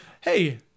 Hey